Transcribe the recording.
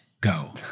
go